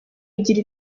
igira